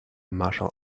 martial